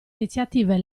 iniziative